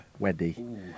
Weddy